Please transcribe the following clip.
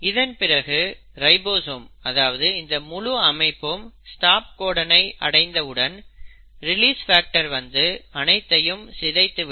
இதன் பிறகு ரைபோசோம் அதாவது இந்த முழு அமைப்பும் ஸ்டாப் கோடனை அடைந்த உடன் ரிலீஸ் ஃபாக்டர் வந்து அனைத்தையும் சிதைந்து விடும்